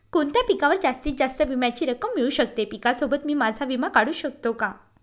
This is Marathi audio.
कोणत्या पिकावर जास्तीत जास्त विम्याची रक्कम मिळू शकते? पिकासोबत मी माझा विमा काढू शकतो का?